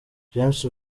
james